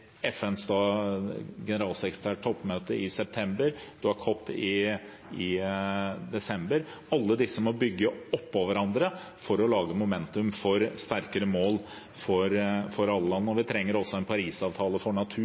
i september, vi har COP25 i desember. Alle disse møtene må bygge oppå hverandre for å lage momentum for sterkere mål for alle. Vi trenger også en parisavtale for natur